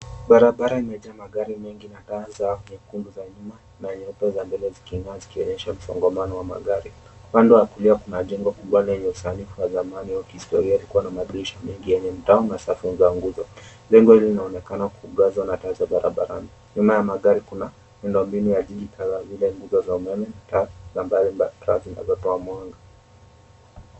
Barabara imejaa magari mengi na za taa nyekundu za nyuma na nyeupe za mbele zikionyesha msongamano wa magari, upande wa kulia kuna jengo kubwa lenye usanifu wa zamani wa kihistoria likiwa na madirisha mengi yenye mtao na safu zenye nguzo jengo linaonekana kuangazwa na taa za barabarani, nyuma ya magari kuna miundo mbinu ya jiji kama vile nguzo za umeme taa zinazotoa mwanga.